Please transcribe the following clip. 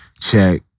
check